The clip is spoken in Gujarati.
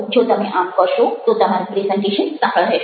જો તમે આમ કરશો તો તમારું પ્રેઝન્ટેશન સફળ રહેશે